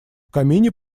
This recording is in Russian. камине